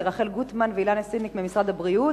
רחל גוטמן ואילנה צינס ממשרד הבריאות,